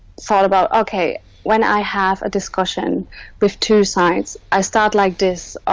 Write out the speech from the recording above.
thought about okay when i have a discussion with two sides i start like this